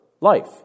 life